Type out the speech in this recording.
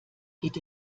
geht